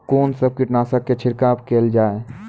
कून सब कीटनासक के छिड़काव केल जाय?